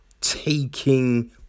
taking